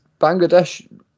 Bangladesh